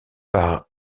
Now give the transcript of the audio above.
par